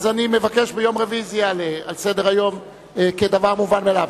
אז אני מבקש שביום רביעי זה יעלה על סדר-היום כדבר המובן מאליו.